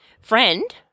friend